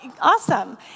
awesome